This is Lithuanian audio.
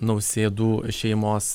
nausėdų šeimos